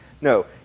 No